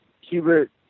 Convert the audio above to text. Hubert